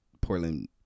Portland